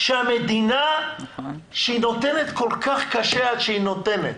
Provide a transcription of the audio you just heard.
המדינה - שכל כך קשה עד שהיא נותנת,